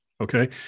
Okay